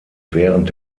während